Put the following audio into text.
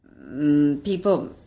People